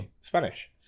Spanish